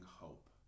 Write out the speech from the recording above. hope